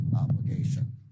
obligation